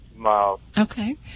okay